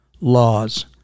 laws